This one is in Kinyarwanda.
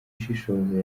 ushishoza